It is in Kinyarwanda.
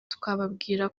twababwira